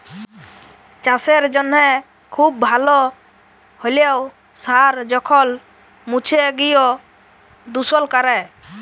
চাসের জনহে খুব ভাল হ্যলেও সার যখল মুছে গিয় দুষল ক্যরে